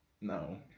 No